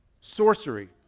sorcery